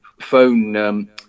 phone